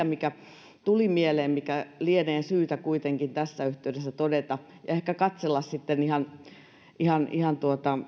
mikä tuli mieleen mikä lienee syytä kuitenkin tässä yhteydessä todeta ja ehkä katsella sitten ihan ihan